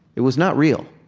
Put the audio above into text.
it was not real